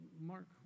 Mark